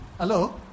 Hello